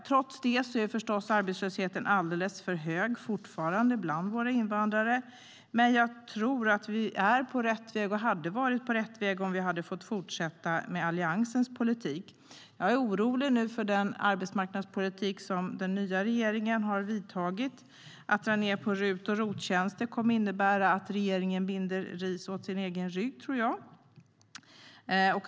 Trots detta är arbetslösheten förstås alldeles för hög fortfarande bland våra invandrare. Men jag tror att vi är och hade varit på rätt väg om vi hade fått fortsätta med Alliansens politik. Jag är orolig för den arbetsmarknadspolitik som den nya regeringen driver. Att dra ned på RUT och ROT-tjänster innebär att regeringen binder ris åt sin egen rygg.